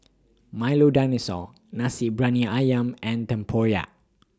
Milo Dinosaur Nasi Briyani Ayam and Tempoyak